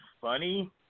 funny